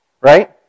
Right